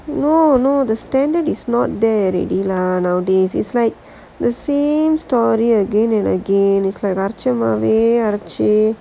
no no the standard is not there already lah nowadays is like the same story again and again is like அரச்ச மாவே அரச்சு:aracha maavae arachu